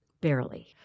Barely